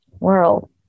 world